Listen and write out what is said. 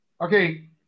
Okay